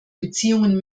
beziehungen